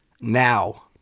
now